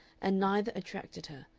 and neither attracted her,